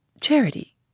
Charity